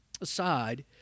aside